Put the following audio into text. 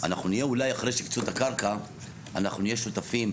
אולי אחרי שהקצו את הקרקע אנחנו נהיה שותפים,